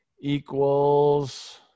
equals